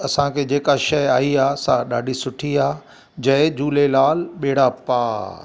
असांखे जेका शइ आई आहे सा ॾाढी सुठी आहे जय झूलेलाल बेड़ा पार